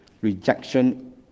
rejection